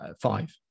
five